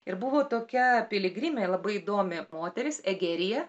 ir buvo tokia piligrimė labai įdomi moteris egerija